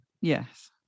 Yes